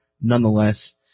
nonetheless